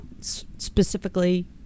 specifically